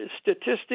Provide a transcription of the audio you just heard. statistics